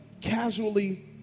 casually